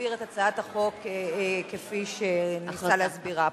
להסביר את הצעת החוק כפי שניסה להסבירה פה.